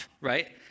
right